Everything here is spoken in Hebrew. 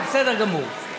זה בסדר גמור.